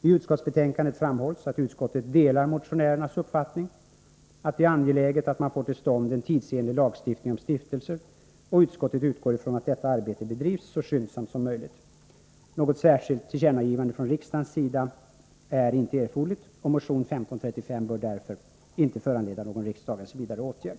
I utskottsbetänkandet framhålls att utskottet delar motionärernas uppfattning att det är angeläget att man får till stånd en tidsenlig lagstiftning om stiftelser, och utskottet utgår från att detta arbete bedrivs så skyndsamt som möjligt. Något särskilt tillkännagivande från riksdagens sida är inte erforderligt, och motion 1535 bör därför inte föranleda någon riksdagens vidare ågärd.